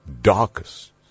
darkest